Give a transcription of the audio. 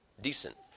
decent